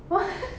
wha~